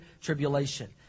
tribulation